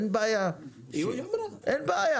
אין בעיה